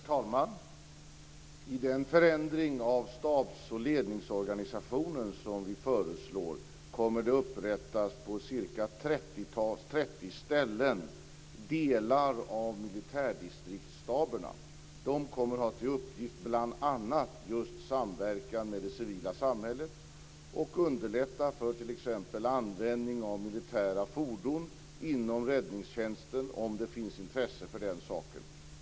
Herr talman! I den förändring av stabs och ledningsorganisationen som vi föreslår kommer det att upprättas delar av militärdistriktsstaberna på ca 30 ställen. De kommer bl.a. att ha till uppgift att just samverka med det civila samhället och underlätta för t.ex. användning av militära fordon inom räddningstjänsten om det finns intresse för den saken.